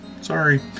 Sorry